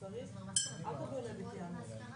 נכון מאוד.